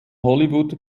hollywood